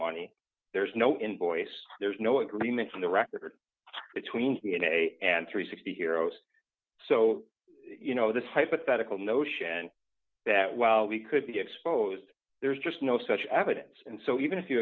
money there's no invoice there's no agreement on the record between a and three hundred and sixty heroes so you know this hypothetical notion that well we could be exposed there's just no such evidence and so even if you